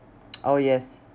oh yes